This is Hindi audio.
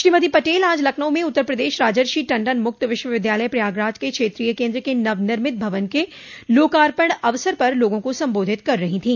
श्रीमती पटेल आज लखनऊ में उत्तर प्रदेश राजर्षि टण्डन मुक्त विश्वविद्यालय प्रयागराज के क्षेत्रीय केन्द्र के नवनिर्मित भवन क लोकापण अवसर पर लोगों को संबोधित कर रही थी